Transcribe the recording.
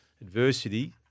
adversity